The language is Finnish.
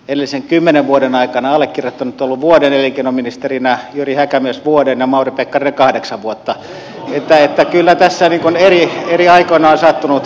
edellisen kymmenen vuoden aikana allekirjoittanut on ollut vuoden elinkeinoministerinä jyri häkämies vuoden ja mauri pekkarinen kahdeksan vuotta että kyllä tässä niin kuin eri aikoina on sattunut erilaista